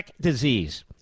disease